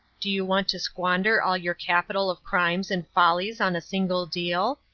do you want to squander all your capital of crimes and follies on a single deal?